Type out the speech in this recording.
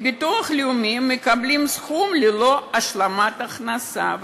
ומהביטוח הלאומי הם מקבלים סכום ללא השלמת הכנסה,